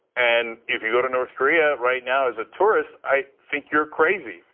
and if you go to north korea, right now is a tourist, i think you are crazy.